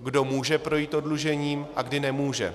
kdo může projít oddlužením a kdy nemůže.